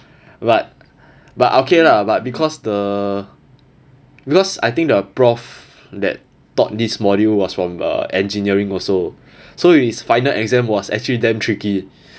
but but okay lah but because the because I think the prof that taught this module was from uh engineering also so his final exam was actually damn tricky